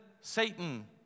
Satan